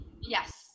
Yes